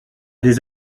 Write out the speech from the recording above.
des